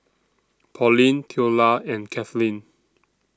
Pauline Theola and Kathleen